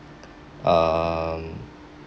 um